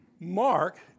Mark